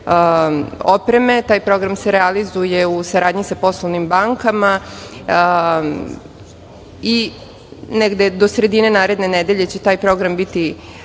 opreme. Taj program se realizuje u saradnji sa poslovnim bankama. Negde do sredine naredne nedelje će taj program biti